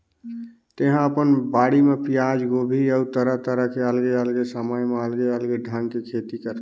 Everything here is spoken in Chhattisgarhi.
तेहा अपन बाड़ी म पियाज, गोभी अउ तरह तरह के अलगे अलगे समय म अलगे अलगे ढंग के खेती करथस